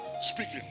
speaking